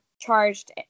charged